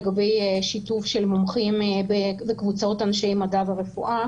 לגבי שיתוף של מומחים וקבוצות אנשי מדע ורפואה.